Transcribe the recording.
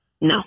No